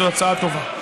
זו הצעה טובה.